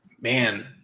Man